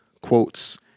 quotes